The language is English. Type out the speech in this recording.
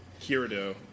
Kirito